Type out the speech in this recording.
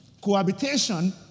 cohabitation